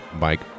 Mike